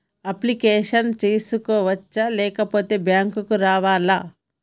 Application చేసుకోవచ్చా లేకపోతే bank రావాలా?